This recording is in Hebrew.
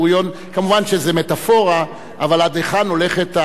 כמובן שזו מטאפורה, אבל עד היכן הולכת האנטישמיות.